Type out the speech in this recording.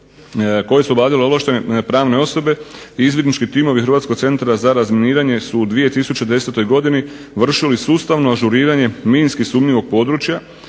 koje su se obavljale ovlaštene pravne osobe i izvidnički timovi Hrvatskog centra za razminiranje su u 2010. godini vršili sustavno ažuriranje minski sumnjivog područja